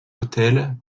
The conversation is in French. autels